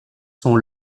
sont